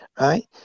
right